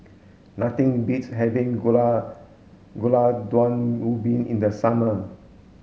nothing beats having Gulai Gulai Daun Ubi in the summer